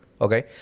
Okay